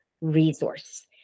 resource